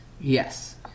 Yes